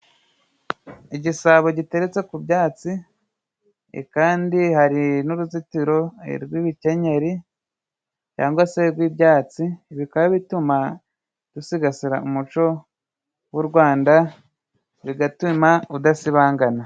Igisabo giteretse ku byatsi, kandi hari n'uruzitiro rw'ibikenyeri cyangwa se rw'ibyatsi, bikaba bituma dusigasira umuco w'u Rwanda bigatuma udasibangana.